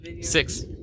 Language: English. Six